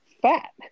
fat